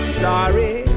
sorry